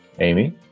Amy